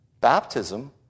baptism